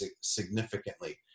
significantly